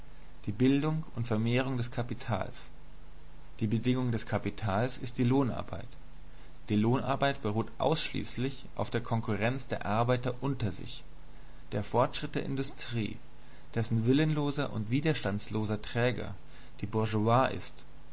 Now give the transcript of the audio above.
die bildung und vermehrung des kapitals die bedingung des kapitals ist die lohnarbeit die lohnarbeit beruht ausschließlich auf der konkurrenz der arbeiter unter sich der fortschritt der industrie dessen willenloser und widerstandsloser träger die bourgeoisie ist